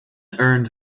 earned